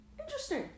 Interesting